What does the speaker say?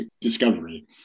discovery